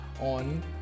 on